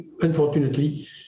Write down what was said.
unfortunately